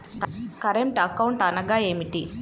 Current account అనగా ఏమిటి?